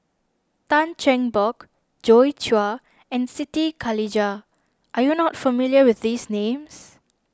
Tan Cheng Bock Joi Chua and Siti Khalijah are you not familiar with these names